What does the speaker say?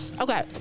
Okay